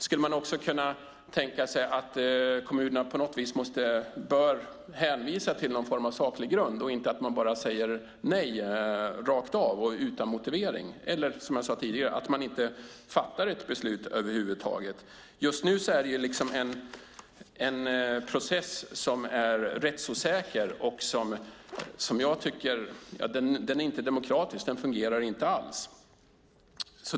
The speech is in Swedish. Skulle man också kunna tänka sig att kommunerna på något vis bör hänvisa till någon form av saklig grund och inte bara får säga nej rakt av utan motivering eller, som jag sade tidigare, inte fatta beslut över huvud taget? Just nu är processen rättsosäker och, som jag tycker, inte demokratisk. Den fungerar inte alls.